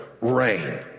rain